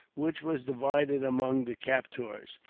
which was divided among the captors.